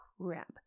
crap